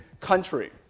country